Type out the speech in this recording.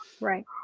Right